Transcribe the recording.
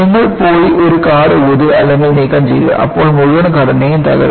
നിങ്ങൾ പോയി ഒരു കാർഡ് ഊതുക അല്ലെങ്കിൽ നീക്കംചെയ്യുക അപ്പോൾ മുഴുവൻ ഘടനയും തകരും